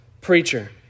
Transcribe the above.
preacher